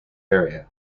area